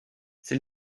c’est